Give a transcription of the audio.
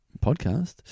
podcast